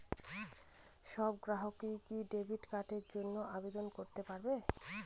সব গ্রাহকই কি ডেবিট কার্ডের জন্য আবেদন করতে পারে?